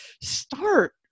start